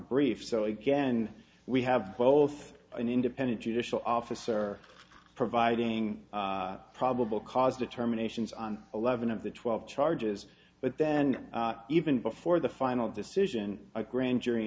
brief so again we have both an independent judicial officer providing probable cause determination as on eleven of the twelve charges but then even before the final decision a grand jury